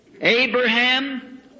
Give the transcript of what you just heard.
Abraham